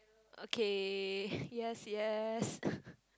okay yes yes